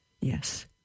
Yes